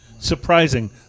Surprising